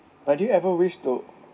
but do you ever wish to